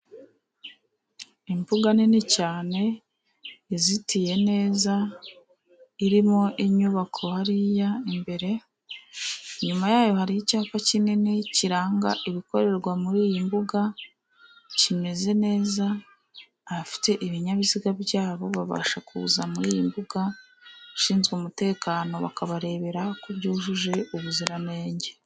Imbuga nini cyane izitiye neza irimo inyubako hariya imbere. Inyuma yayo hari icyapa kinini kiranga ibikorerwa muri iyi mbuga kimeze neza. Abafite ibinyabiziga byabo babasha kuza muri iyi mbuga, abashinzwe umutekano bakabarebera ko byujuje ubuziranenge.